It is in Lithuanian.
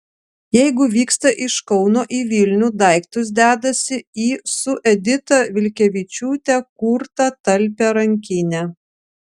jeigu vyksta iš kauno į vilnių daiktus dedasi į su edita vilkevičiūte kurtą talpią rankinę